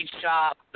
Shop